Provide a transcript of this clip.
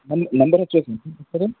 ನಮ್ಮ number check